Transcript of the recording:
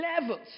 levels